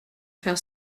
faire